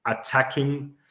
attacking